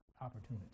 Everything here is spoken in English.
opportunity